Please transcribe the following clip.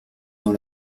dans